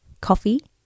coffee